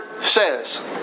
says